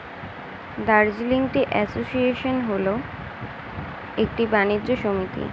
Darjeeling tea association হল একটি বাণিজ্য সমিতি